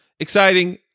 Exciting